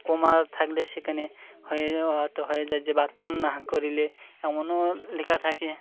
কমা থাকলে সেখানে হয়ে হয়তো হয়ে যায় যে বাথরুম না করলে এমনও লেখা থাকে